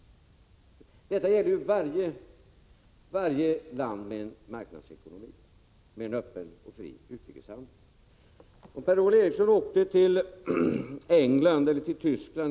Detta gäller ju varje land med en marknadsekonomi och en öppen och fri utrikeshandel. Om Per-Ola Eriksson åkte till England, Tyskland eller Frankrike skulle Prot.